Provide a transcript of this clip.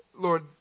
Lord